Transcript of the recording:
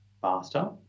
faster